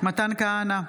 מתן כהנא,